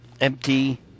empty